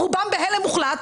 רובם בהלם מוחלט,